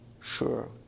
sure